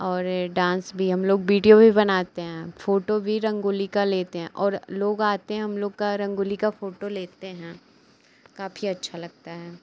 और ये डांस भी हम लोग बीडियो भी बनाते हैं फोटो भी रंगोली का लेते हैं और लोग आते हैं हम लोग की रंगोली की फ़ोटो लेते हैं काफी अच्छा लगता है